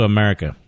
America